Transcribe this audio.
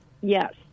Yes